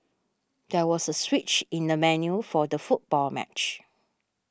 there was a switch in the venue for the football match